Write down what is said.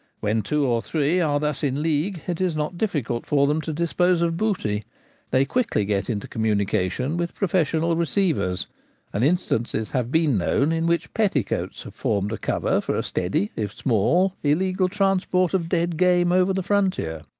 when two or three are thus in league it is not difficult for them to dispose of booty they quickly get into communication with professional receivers and instances have been known in which petticoats have formed a cover for a steady if small illegal transport of dead game over the frontier.